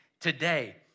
today